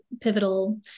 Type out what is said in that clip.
pivotal